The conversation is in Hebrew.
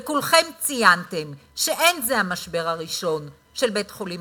וכולכם ציינתם שזה לא המשבר הראשון של בית-חולים